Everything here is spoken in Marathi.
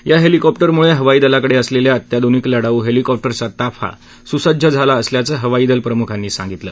या हेलिकॉप्टरमुळे हवाई दलाकडे असलेल्या अत्याधूनिक लढाऊ हेलिकॉप्टर्सचा ताफा सुसज्ज झाला असल्याचं हवाईदल प्रमुखांनी सांगितलं